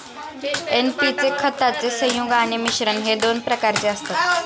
NP चे खताचे संयुग आणि मिश्रण हे दोन प्रकारचे असतात